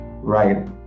right